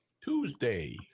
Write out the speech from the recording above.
Tuesday